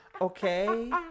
okay